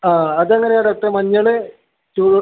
ആ അതെങ്ങനെയാണ് ഡോക്ടറെ മഞ്ഞൾ ചൂ